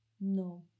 no